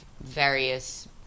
various